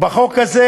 והחוק הזה,